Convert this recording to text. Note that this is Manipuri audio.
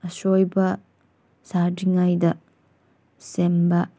ꯑꯁꯣꯏꯕ ꯁꯥꯗ꯭ꯔꯤꯉꯩꯗ ꯁꯦꯝꯕ